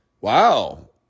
Wow